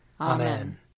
Amen